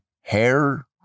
hair